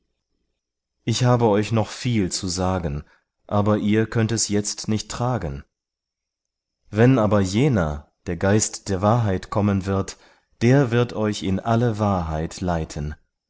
ich habe euch noch viel zu sagen aber ihr könnt es jetzt nicht tragen wenn aber jener der geist der wahrheit kommen wird der wird euch in alle wahrheit leiten